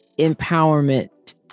empowerment